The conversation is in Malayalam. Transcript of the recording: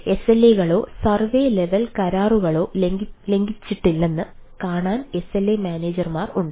SLA കളോ സർവേ ലെവൽ കരാറുകളോ ലംഘിച്ചിട്ടില്ലെന്ന് കാണാൻ SLA മാനേജർമാർ ഉണ്ട്